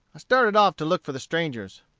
i started off to look for the strangers.